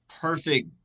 perfect